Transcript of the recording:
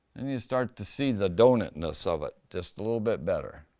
and you start to see the donut-ness of it, just a little bit better.